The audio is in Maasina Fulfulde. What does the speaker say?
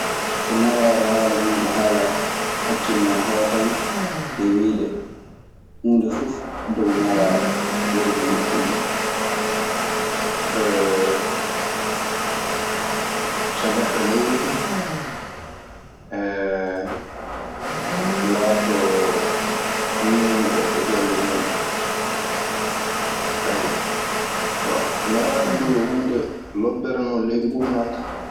So newaare haala mun haalaama, hakillam hootam e wiide huundefuf dow newaare wono ko moƴƴinta. So neɗɗo newike, laatoto ñeeñuɗo e golle muuɗun. Ayyo, newaade duu yo huunde lobbere non ley nguurndan tan.